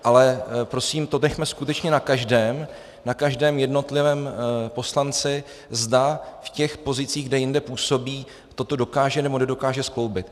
Ale prosím, to nechme skutečně na každém, na každém jednotlivém poslanci, zda v těch pozicích, kde jinde působí, toto dokáže nebo nedokáže skloubit.